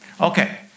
Okay